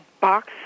box